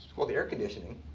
well, the air conditioning.